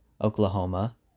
Oklahoma